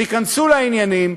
תיכנסו לעניינים.